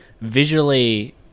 Visually